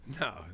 no